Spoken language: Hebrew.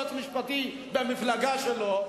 יועץ משפטי במפלגה שלו,